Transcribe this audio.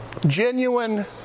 genuine